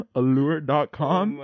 allure.com